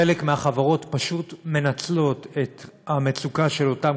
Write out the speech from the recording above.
חלק מהחברות פשוט מנצלות את המצוקה של אותם